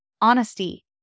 honesty